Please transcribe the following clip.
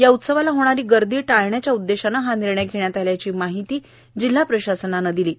या ऊत्सवाला होणारी गर्दि टाळण्याच्या ऊद्देशाने हा निर्णय घेण्यात आल्याची माहीती जिल्हा प्रशासनाने घेतला आहे